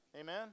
Amen